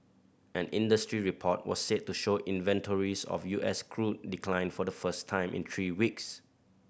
an industry report was said to show inventories of U S crude declined for the first time in three weeks